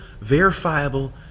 verifiable